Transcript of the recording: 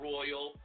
Royal